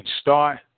start